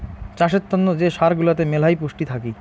চাষের তন্ন যে সার গুলাতে মেলহাই পুষ্টি থাকি